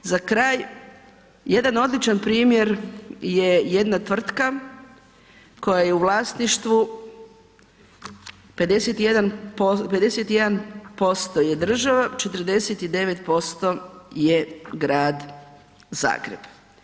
Za kraj, jedan odličan primjer je jedna tvrtka koja je u vlasništvu, 51% je država, 49% je Grad Zagreb.